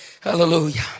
Hallelujah